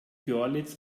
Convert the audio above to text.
görlitz